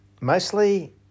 Mostly